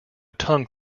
tongue